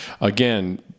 again